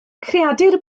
creadur